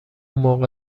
موقع